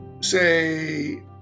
say